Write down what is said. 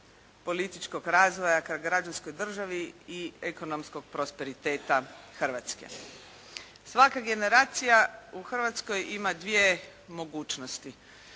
političkog razvoja ka građanskoj državi i ekonomskog prosperiteta Hrvatske. Svaka generacija u Hrvatskoj ima dvije mogućnosti.